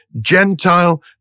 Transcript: Gentile